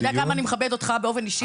אתה יודע כמה אני מכבדת אותך באופן אישי.